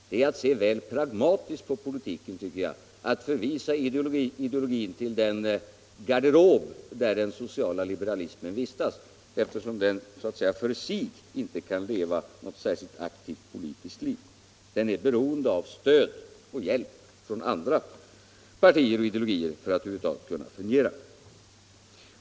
Det är att se väl pragmatiskt på politiken, tycker jag, att förvisa ideologin till den garderob där den sociala liberalismen vistas, eftersom den inte kan leva något särskilt aktivt liv för sig. Den är beroende av stöd och hjälp från andra partier och ideologier för att över huvud taget kunna fungera.